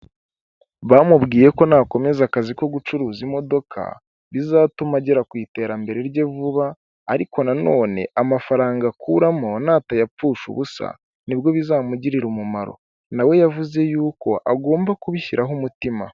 Bamubwiye ko nakomeza akazi ko gucuruza imodoka bizatuma agera ku iterambere rye vuba ariko nanone amafaranga akuramo natayapfusha ubusa nibwo bizamugirira umumaro, nawe we yavuze y'uko agomba kubishyiraho umutima.